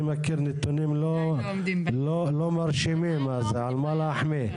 אני מכיר נתונים לא מרשימים, אז על מה להחמיא?